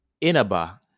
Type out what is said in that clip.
Inaba